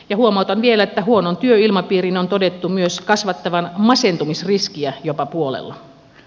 ja huomautan vielä että huonon työilmapiirin on todettu myös kasvattavan masentumisriskiä jopa puolella